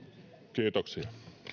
kiitoksia